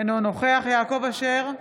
אינו נוכח יעקב אשר,